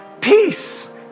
peace